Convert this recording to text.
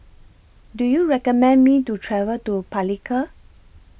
Do YOU recommend Me to travel to Palikir